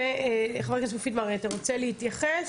חבר הכנסת מופיד מרעי, אתה רוצה להתייחס?